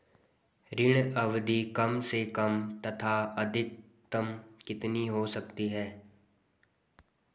ऋण अवधि कम से कम तथा अधिकतम कितनी हो सकती है?